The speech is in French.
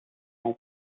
ans